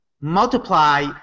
multiply